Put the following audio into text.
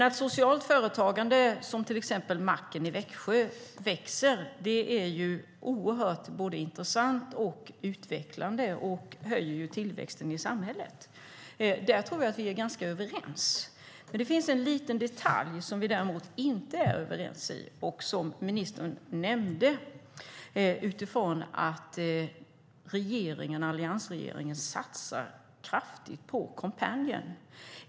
Att socialt företagande, till exempel Macken i Växjö, växer är oerhört intressant och utvecklande och höjer tillväxten i samhället. Där tror jag att vi är ganska överens. Det finns dock en liten detalj där vi inte är överens och som ministern nämnde. Hon sade att alliansregeringen satsar kraftigt på Coompanion.